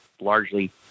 largely